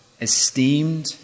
esteemed